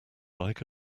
like